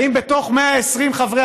האם בתוך 120 חברי